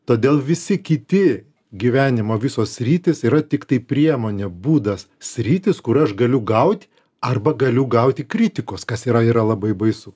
todėl visi kiti gyvenimo visos sritys yra tiktai priemonė būdas sritys kur aš galiu gaut arba galiu gauti kritikos kas yra yra labai baisu